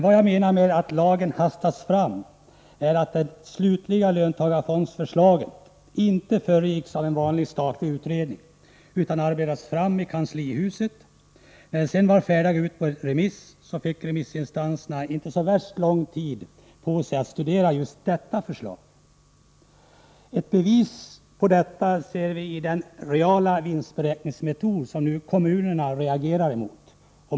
Vad jag menar med att lagen hastats fram är att utarbetandet av det slutliga löntagarfondsförslaget inte föregicks av en statlig utredning i sedvanlig ordning, utan förslaget arbetades fram i kanslihuset. När det sedan var dags för remissinstanserna att göra sin bedömning fick de inte särskilt lång tid på sig för att studera förslaget i fråga. Ett bevis på detta är den reala vinstberäkningsmetod som kommunerna nu reagerar emot.